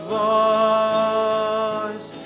voice